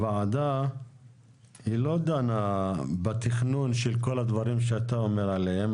הוועדה היא לא דנה בתכנון של כל הדברים שאתה מדבר עליהם.